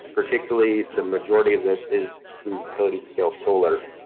particularly, the majority of this is through utility-scale solar,